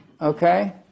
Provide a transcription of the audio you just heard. okay